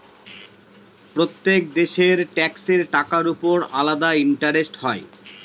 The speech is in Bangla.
প্রত্যেক দেশের ট্যাক্সের টাকার উপর আলাদা ইন্টারেস্ট হয়